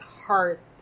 heart